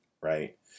right